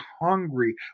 hungry